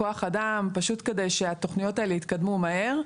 כוח אדם פשוט כדי שהתוכניות האלה יתקדמו מהר.